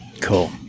Cool